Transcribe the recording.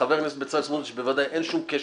לחבר הכנסת בצלאל סמוטריץ בוודאי אין שום קשר,